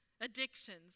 addictions